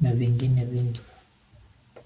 na vingine vingi.